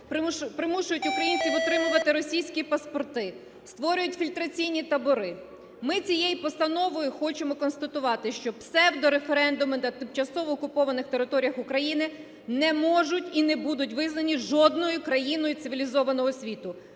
примушують українців отримувати російські паспорти, створюють фільтраційні табори. Ми цією постановою хочемо констатувати, що псевдореферендуми на тимчасово окупованих територіях України не можуть і не будуть визнані жодною країною цивілізованого світу,